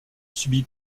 subit